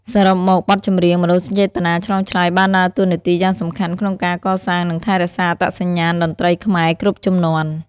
សរុបមក បទចម្រៀងមនោសញ្ចេតនាឆ្លើយឆ្លងបានដើរតួនាទីយ៉ាងសំខាន់ក្នុងការកសាងនិងថែរក្សាអត្តសញ្ញាណតន្ត្រីខ្មែរគ្រប់ជំនាន់។